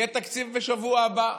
שיהיה תקציב בשבוע הבא.